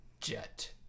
Jet